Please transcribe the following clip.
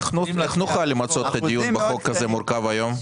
איך נוכל למצות את הדיון בחוק כזה מורכב היום?